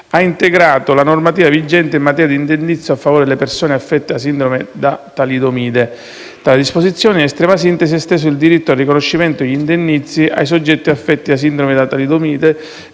ha integrato la normativa vigente in materia di indennizzo a favore delle persone affette da sindrome da talidomide. Tale disposizione, in estrema sintesi, ha esteso il diritto al riconoscimento degli indennizzi ai soggetti affetti da sindrome da talidomide